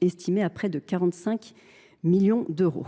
estimé à près de 45 millions d’euros.